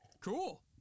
Cool